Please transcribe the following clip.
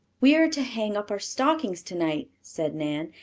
we are to hang up our stockings to-night, said nan.